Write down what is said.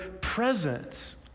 presence